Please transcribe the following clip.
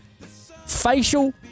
facial